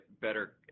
better